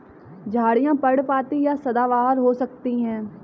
झाड़ियाँ पर्णपाती या सदाबहार हो सकती हैं